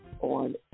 on